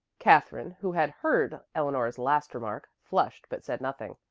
katherine, who had heard eleanor's last remark, flushed but said nothing.